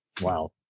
Wow